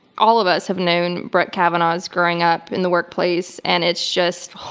all of us have known brett kavanaughs, growing up in the workplace, and it's just,